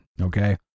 okay